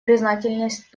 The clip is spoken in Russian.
признательность